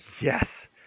Yes